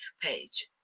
page